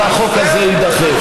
והחוק הזה יידחה.